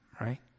Right